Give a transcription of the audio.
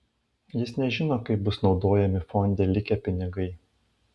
jis nežino kaip bus naudojami fonde likę pinigai